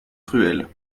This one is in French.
cruels